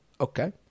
okay